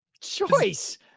choice